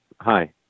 hi